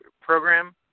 program